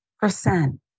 percent